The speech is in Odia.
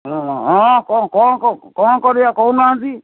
ହଁ ହଁ କ କ'ଣ କ'ଣ କରିବା କହୁନାହାନ୍ତି